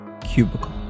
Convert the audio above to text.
cubicle